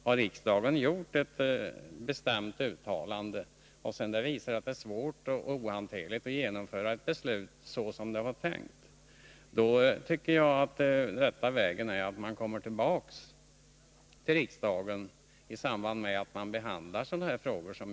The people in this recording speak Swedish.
Har riksdagen gjort ett bestämt uttalande och det sedan visar sig vara svårt att verkställa ett beslut som det var tänkt, är enligt min mening den rätta vägen att komma tillbaka till riksdagen i samband med den årliga behandlingen av sådana här frågor.